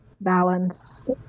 balance